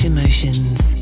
Emotions